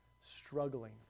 struggling